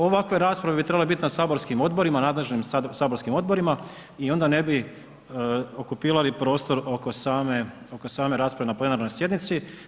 Ovakve rasprave bi trebale biti na saborskim odborima, nadležnim saborskim odborima i onda ne bi okupirali prostor oko same rasprave na plenarnoj sjednici.